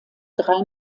drei